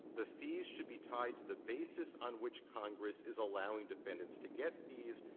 the fees should be tied to the basis on which congress is allowing defendants to get fees,